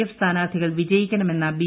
F സ്ഥാനാർത്ഥികൾ വിജ്യീക്കണമെന്ന B